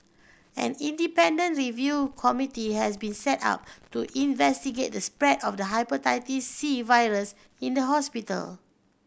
an independent review committee has been set up to investigate the spread of the Hepatitis C virus in the hospital